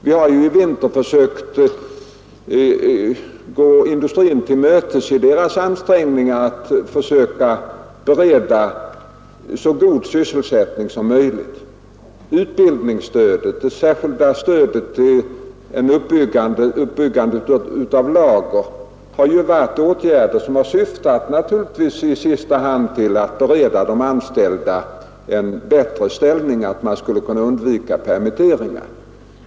Vi har i vinter försökt att gå industrin till mötes i ansträngningarna att bereda så god sysselsättning som möjligt. Utbildningsstödet och det särskilda stödet för uppbyggande av lager är åtgärder som givetvis i sista hand har syftat till att förbättra de anställdas situation och undvika permitteringar.